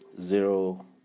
zero